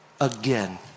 again